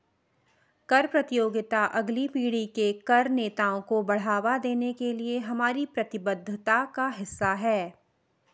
कर प्रतियोगिता अगली पीढ़ी के कर नेताओं को बढ़ावा देने के लिए हमारी प्रतिबद्धता का हिस्सा है